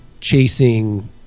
chasing